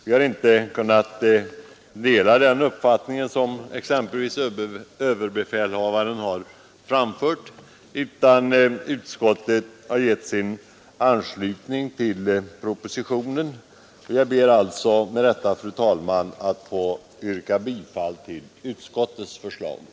Vi har emellertid inte kunnat dela överbefälhavarens uppfattning, utan utskottet har givit sin anslutning till propositionen. Fru talman! Med detta ber jag att få yrka bifall till utskottets hemställan.